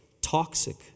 toxic